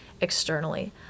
externally